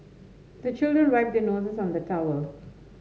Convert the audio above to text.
the children wipe their noses on the towel